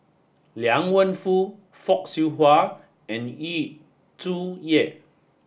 Liang Wenfu Fock Siew Wah and Yu Zhuye